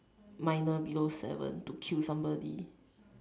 minor below seven to kill somebody